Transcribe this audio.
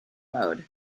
mode